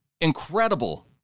incredible